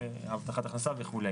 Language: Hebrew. הבטחת הכנסה וכו'.